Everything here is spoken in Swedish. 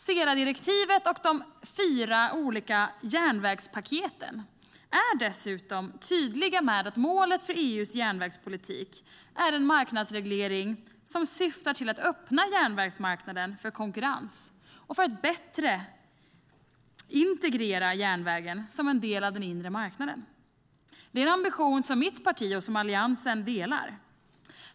SERA-direktivet och de fyra så kallade järnvägspaketen är dessutom tydliga med att målet för EU:s järnvägspolitik är en marknadsreglering som syftar till att öppna järnvägsmarknaden för konkurrens och bättre integrera järnvägen som en del av den inre marknaden. Det är en ambition som mitt parti och Alliansen delar.